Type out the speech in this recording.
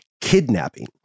kidnapping